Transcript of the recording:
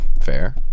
Fair